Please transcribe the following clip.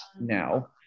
now